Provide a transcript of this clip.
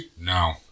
No